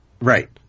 right